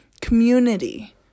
community